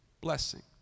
blessing